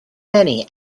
many